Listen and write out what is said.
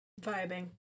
Vibing